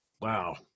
Wow